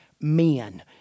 men